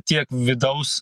tiek vidaus